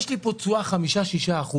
יש לי פה תשואה 5, 6 אחוז,